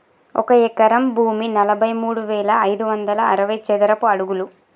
ఒక ఎకరం భూమి నలభై మూడు వేల ఐదు వందల అరవై చదరపు అడుగులు